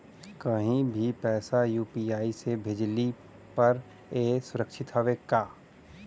कहि भी पैसा यू.पी.आई से भेजली पर ए सुरक्षित हवे का?